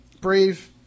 brave